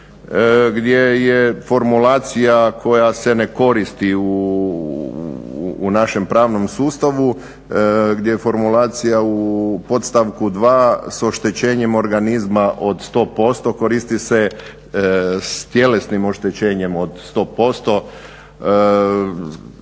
gdje je formulacija koja se ne koristi u našem pravnom sustavu, gdje je formulacija u podstavku dva sa oštećenjem organizma od sto posto. Koristi se s tjelesnim oštećenjem od sto